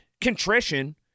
contrition